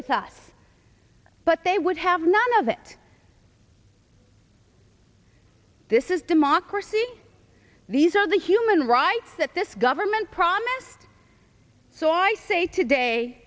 with us but they would have none of it this is democracy these are the human rights that this government promised so i say today